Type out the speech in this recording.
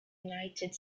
united